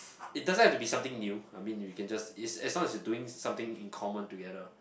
it doesn't have to be something new I mean you we can just is as long as we doing something in common together